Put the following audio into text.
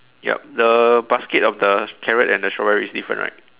yup the basket of the carrot and the strawberry is different right